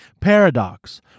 paradox